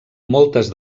moltes